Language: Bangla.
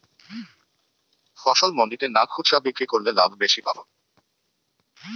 ফসল মন্ডিতে না খুচরা বিক্রি করলে লাভ বেশি পাব?